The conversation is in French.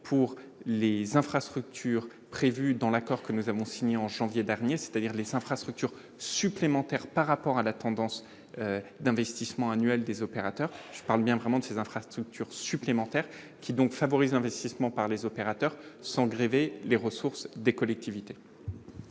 pour les infrastructures prévues dans l'accord que nous avons signé en janvier dernier, c'est-à-dire pour les infrastructures supplémentaires par rapport à la tendance d'investissement annuel des opérateurs-je parle bien des infrastructures supplémentaires. Ce dispositif permettrait de favoriser l'investissement par les opérateurs sans grever les ressources des collectivités.